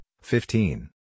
fifteen